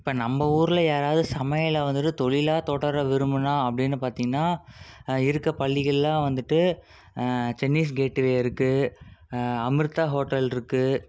இப்போ ஓ நம்ம ஊரில் யாராவது சமையலை வந்துட்டு தொழிலாக் தொடர விரும்பினா அப்படினு பார்த்தினா இருக்க பள்ளிகளெலாம் வந்துட்டு சென்னீஸ் கேட்வே இருக்குது அமிர்தா ஹோட்டல் இருக்குது